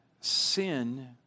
sin